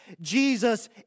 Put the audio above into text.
Jesus